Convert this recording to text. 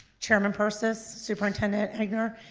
chairman persis, superintendent egnor,